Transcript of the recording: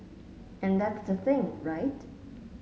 and that's the thing right